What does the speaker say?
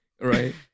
Right